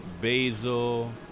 basil